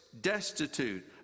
destitute